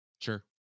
Sure